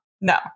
No